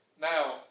Now